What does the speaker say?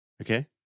Okay